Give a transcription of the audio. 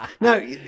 No